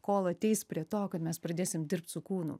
kol ateis prie to kad mes pradėsim dirbt su kūnu